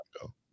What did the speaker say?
go